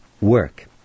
work